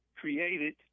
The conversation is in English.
created